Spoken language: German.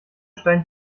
stein